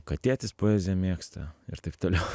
kad tėtis poeziją mėgsta ir taip toliau